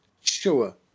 Sure